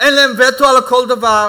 אין להן וטו על כל דבר,